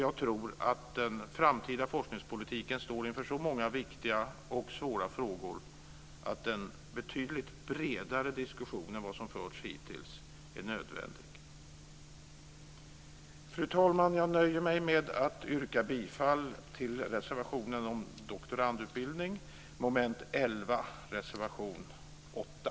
Jag tror nämligen att den framtida forskningspolitiken står inför så många viktiga och svåra frågor att en betydligt bredare diskussion än den som förts hittills är nödvändig. Fru talman! Jag nöjer mig med att yrka bifall till reservationen om doktorandutbildning, reservation 8